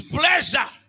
pleasure